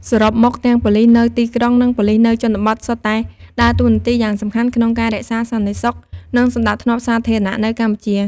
សរុបមក ទាំងប៉ូលិសនៅទីក្រុង និងប៉ូលិសនៅជនបទ សុទ្ធតែដើរតួនាទីយ៉ាងសំខាន់ក្នុងការរក្សាសន្តិសុខ និងសណ្តាប់ធ្នាប់សាធារណៈនៅកម្ពុជា។